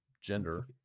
gender